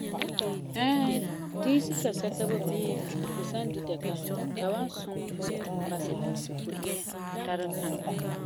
Ɛɛ, diisi kasɛka boi mɛ ti fu san dita ka ka wan suŋɛ fu basɛ ti fu inya tara paŋa.